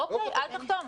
אוקיי, אל תחתום.